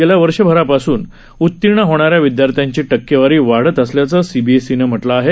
गेल्या वर्षापासून उत्तीर्ण होणार्या विद्यार्थ्याची टक्केवारी वाढत असल्याचं सीबीएसईनं म्हटलं आहे